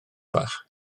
bach